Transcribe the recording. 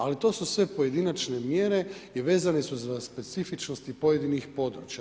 Ali to su sve pojedinačne mjere i vezane su za specifičnost pojedinih područja.